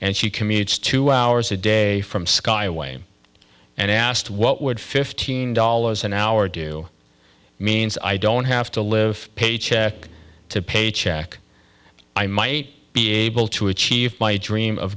and she commutes two hours a day from skyway and asked what would fifteen dollars an hour do means i don't have to live paycheck to paycheck i might be able to achieve my dream of